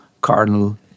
cardinal